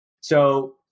So-